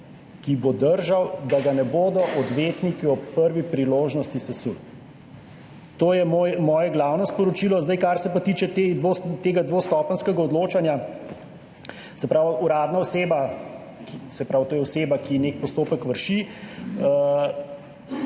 ki bo držal, da ga ne bodo odvetniki ob prvi priložnosti sesuli. To je moje glavno sporočilo. Kar se pa tiče tega dvostopenjskega odločanja. Uradna oseba, to je oseba, ki nek postopek vrši,